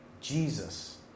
Jesus